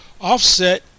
offset